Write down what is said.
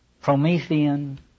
Promethean